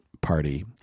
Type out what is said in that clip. party